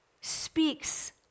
speaks